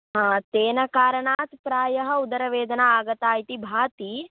हा तेन कारणात् प्रायः उदरवेदना आगता इति भाति